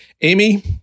Amy